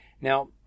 Now